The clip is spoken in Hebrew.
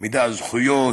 מידע על זכויות,